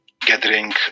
gathering